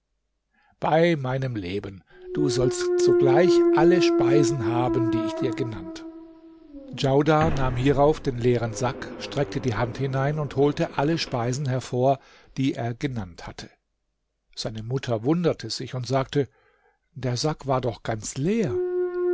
bei meinem leben du sollst sogleich alle speisen haben die ich dir genannt djaudar nahm hierauf den leeren sack streckte die hand hinein und holte alle speisen hervor die er genannt hatte seine mutter wunderte sich und sagte der sack war doch ganz leer